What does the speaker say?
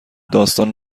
داستان